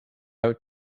out